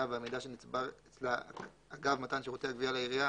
והמידע שנצבר אצלה אגב מתן שירותי הגבייה לעירייה,